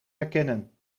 herkennen